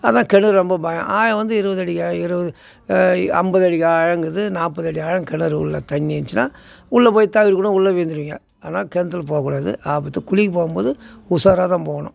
அதான் கிணறு ரொம்ப பயம் ஆழம் வந்து இருபது அடி இருபது ஐம்பது அடி ஆழங்கிறது நாற்பது அடி ஆழம் கிணறு உள்ளே தண்ணி இருந்துச்சுனா உள்ளே போய் தளுவி கூட உள்ளே விழுந்துருவிங்க அதனால கிணத்துல போகக்கூடாது ஆபத்து குளிக்க போகும்போது உஷாராக தான் போகணும்